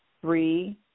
three